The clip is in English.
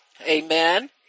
amen